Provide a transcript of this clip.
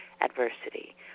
adversity